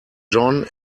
john